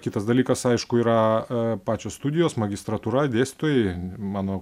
kitas dalykas aišku yra a pačios studijos magistratūra dėstytojai mano